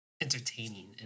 entertaining